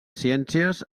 ciències